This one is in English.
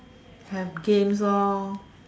have games lor